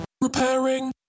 repairing